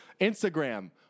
Instagram